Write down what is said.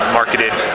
marketed